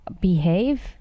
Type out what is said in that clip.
behave